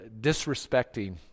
disrespecting